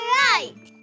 right